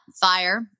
fire